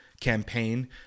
campaign